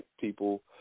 people